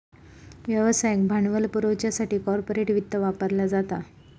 व्यवसायाक भांडवल पुरवच्यासाठी कॉर्पोरेट वित्त वापरला जाता